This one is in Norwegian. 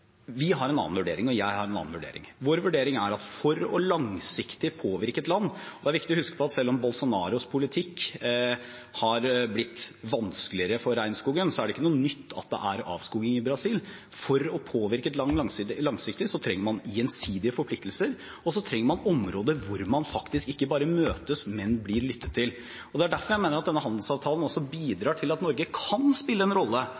Vi – og jeg – har en annen vurdering. Vår vurdering er at for å påvirke et land langsiktig – og det er viktig å huske på at selv om det med Bolsonaros politikk har blitt vanskeligere for regnskogen, er det ikke noe nytt at det er avskoging i Brasil – trenger man gjensidige forpliktelser, og man trenger områder hvor man ikke bare møtes, men også blir lyttet til. Det er derfor jeg mener at denne handelsavtalen også bidrar til at Norge kan spille en viktig rolle